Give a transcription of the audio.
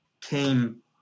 came